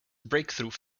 breakthrough